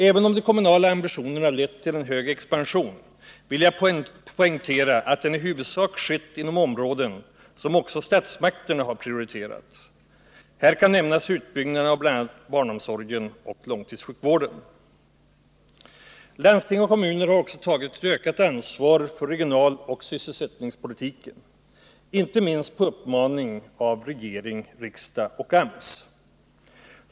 Även om de kommunala ambitionerna lett till en hög expansion vill jag poängtera att den i huvudsak skett inom områden som också statsmakterna har prioriterat. Här kan nämnas utbyggnaden av bl.a. barnomsorgen och Landsting och kommuner har också tagit ett ökat ansvar för regionaloch sysselsättningspolitiken — inte minst på uppmaning av regering, riksdag och AMS.